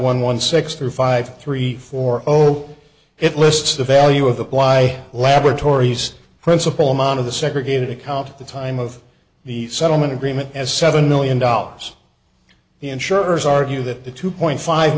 one one six three five three four zero it lists the value of apply laboratories principal amount of the segregated account at the time of the settlement agreement as seven million dollars the insurers argue that the two point five